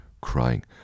crying